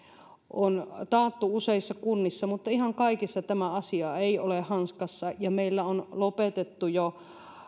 on taattu useissa kunnissa esimerkiksi yhdysvesijohdoin mutta ihan kaikissa kunnissa tämä asia ei ole hanskassa meillä on lopetettu jo